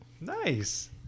Nice